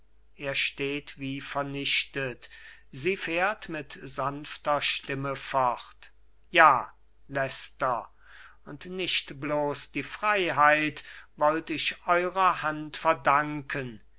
er steht wie vernichtet sie fährt mit sanfter stimme fort ja leicester und nicht bloß die freiheit wollt ich eurer hand verdanken